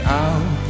out